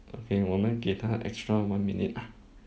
okay 我们给他 extra one minute ah